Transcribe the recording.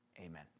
Amen